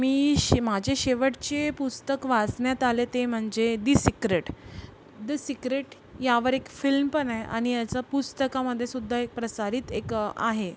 मी शी माझे शेवटचे पुस्तक वाचण्यात आले ते म्हणजे दी सिक्रेट द सिक्रेट यावर एक फिल्म पण आहे आणि याचं पुस्तकामध्ये सुद्धा एक प्रसारित एक आहे